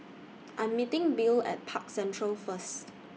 I Am meeting Bill At Park Central First